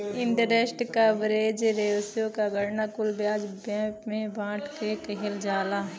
interest coverage ratio क गणना कुल ब्याज व्यय से बांट के किहल जाला